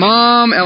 Mom